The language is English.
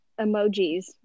emojis